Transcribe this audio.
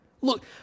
Look